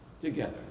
together